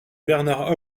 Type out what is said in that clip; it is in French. bernard